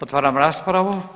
Otvaram raspravu.